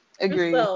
Agree